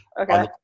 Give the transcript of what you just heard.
Okay